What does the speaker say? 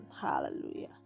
Hallelujah